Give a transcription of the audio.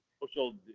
social